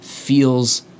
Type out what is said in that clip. feels